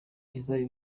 isae